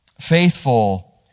faithful